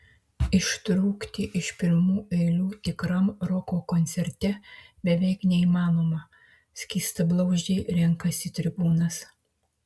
ištrūkti iš pirmų eilių tikram roko koncerte beveik neįmanoma skystablauzdžiai renkasi tribūnas